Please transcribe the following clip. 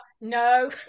No